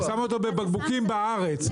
ושמה אותו בבקבוקים בארץ?